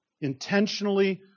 intentionally